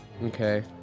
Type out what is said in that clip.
Okay